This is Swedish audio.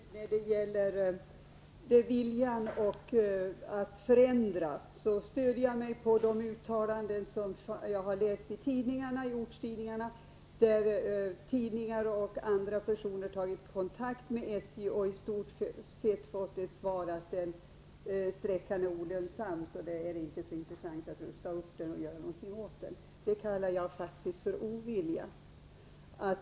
Herr talman! När det gäller det jag sagt om viljan att förändra stöder jag mig på vad jag läst i ortstidningarna. Journalister och andra personer har tagit kontakt med SJ och fått svaret att sträckan är olönsam, varför det inte är så intressant att rusta upp den. När man ger ett sådant svar kallar jag det för ovilja.